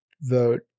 vote